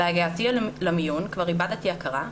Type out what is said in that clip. בהגעתי למיון כבר איבדתי הכרה,